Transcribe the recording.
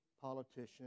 politician